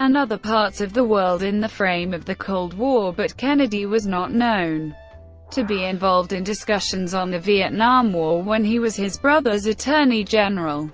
and other parts of the world in the frame of the cold war, but kennedy was not known to be involved in discussions on the vietnam war when he was his brother's attorney general.